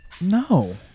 No